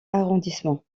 arrondissement